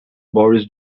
boris